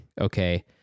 okay